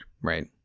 right